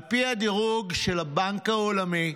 על פי הדירוג של הבנק העולמי,